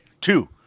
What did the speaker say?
Two